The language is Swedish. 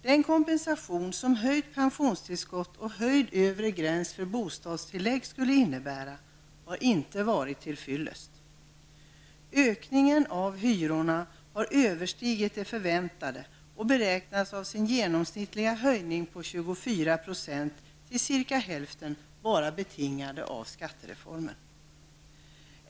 Den kompensation som höjt pensionstillskott och höjd övre gräns för bostadstillägg skulle innebära har inte varit till fyllest. Ökningen av hyrorna har överstigit det förväntade och den genomsnittliga höjningen på 24 % beräknas till ca hälften vara betingad av skattereformen.